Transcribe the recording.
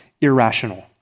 irrational